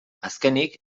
azkenik